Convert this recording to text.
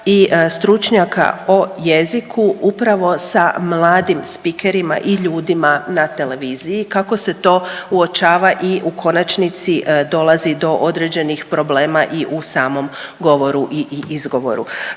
i stručnjaka o jeziku upravo sa mladim spikerima i ljudima na televiziji kako se to uočava i u konačnici dolazi do određenih problema i u samom govoru i izgovoru.